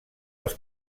els